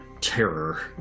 terror